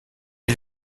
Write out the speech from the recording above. est